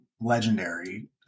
legendary